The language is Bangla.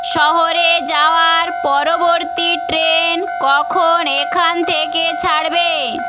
শহরে যাওয়ার পরবর্তী ট্রেন কখন এখান থেকে ছাড়বে